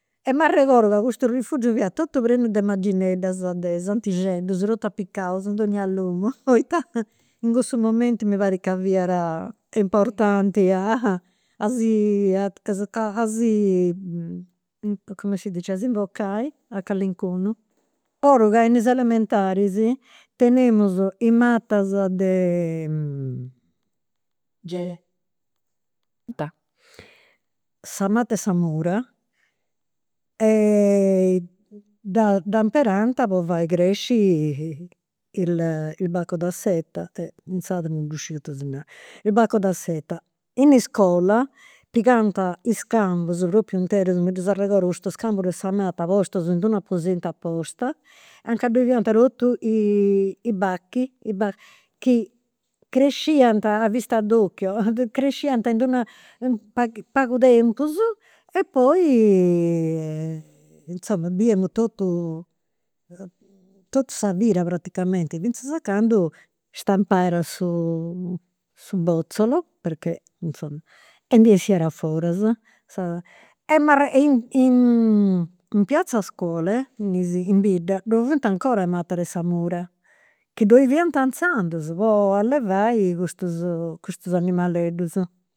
E m'arregodu ca custu rifugiu fiat totu prenu de magineddas de santixeddus, totu apicaus in donnia logu poita in cussu momentu mi parrit ca fiat importanti a si a si, come si dice, a s'invocai a calincunu. M'arregodu ca me in elementaris tenemus i' matas de sa mata 'e sa mura e e dda dda imperant po fai cresci il baco da seta, in sardu non ddu sciu ita si narat, il baco da seta. In iscola pigant is cambus, propriu interus, mi ddus arregodu custus cambus de sa postus in d'unu aposentu aposta, a nca ddoi fiant totus i i bachi chi cresciant a vista dìocchio, cresciant in d'una in pagu tempus e poi insoma biemu totu totu sa vida, praticamenti, finzas a candu stampat su su bozzolo, perchè, insoma, e ndi 'essiat a foras sa. E m'arregodu in piazza scuole, in bidda, ddoi funt ancora i' matas de sa mura, chi ddoi fiant inzandus po allevai custus animaleddus